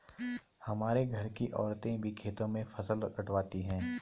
हमारे घर की औरतें भी खेतों में फसल कटवाती हैं